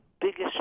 biggest